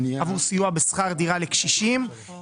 אני לוקח בחשבון שיוקמו הוועדות וניכנס לאיזשהו סדר.